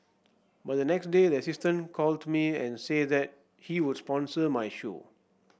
but the next day the assistant called me and said that he would sponsor my show